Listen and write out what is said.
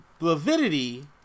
Blavidity